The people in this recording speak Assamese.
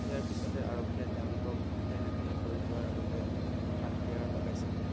ইয়াৰ পাছতে আৰক্ষীয়ে তেওঁলোকক ভেন এখনত লৈ যোৱাৰ আগতে হাতকেৰেয়া লগাইছিল